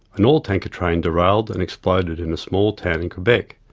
an oil tanker train derailed and exploded in a small town in quebec,